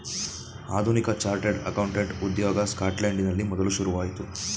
ಆಧುನಿಕ chartered accountant ಉದ್ಯೋಗ ಸ್ಕಾಟ್ಲೆಂಡಿನಲ್ಲಿ ಮೊದಲು ಶುರುವಾಯಿತು